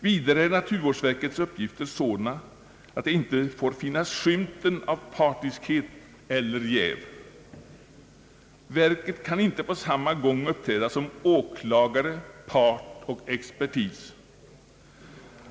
Vidare är naturvårdsverkets uppgifter sådana att det inte får finnas skymten av partiskhet eller jäv. Verket kan inte på samma gång uppträda såsom åklagare, part och expertis.